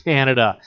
Canada